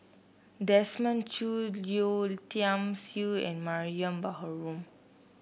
Desmond Choo Yeo Tiam Siew and Mariam Baharom